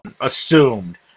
assumed